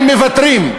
הם מוותרים.